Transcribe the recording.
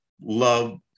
love